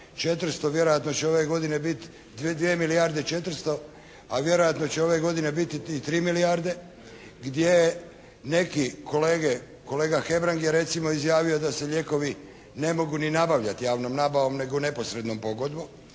400, vjerojatno će ove godine biti 2 milijarde i 400, a vjerojatno će ove godine biti 3 milijarde, gdje neki kolege, kolega Hebrang je recimo izjavio da se lijekovi ne mogu ni nabavljati javnom nabavom nego neposrednom pogodbom.